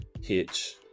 hitch